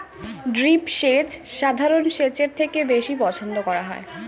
drip সেচ সাধারণ সেচের থেকে বেশি পছন্দ করা হয়